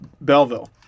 Belleville